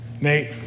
Nate